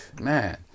Man